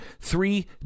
Three